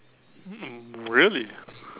mm really